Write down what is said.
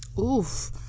oof